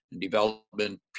development